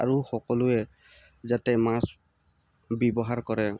আৰু সকলোৱে যাতে মাস্ক ব্যৱহাৰ কৰে